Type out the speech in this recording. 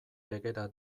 legera